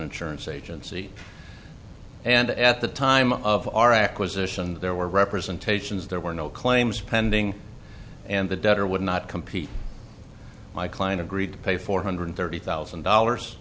insurance agency and at the time of our acquisition there were representations there were no claims pending and the debtor would not compete my client agreed to pay four hundred thirty thousand dollars